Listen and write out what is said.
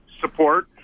support